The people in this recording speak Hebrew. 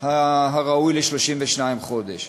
הראוי ל-32 חודש.